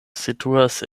situas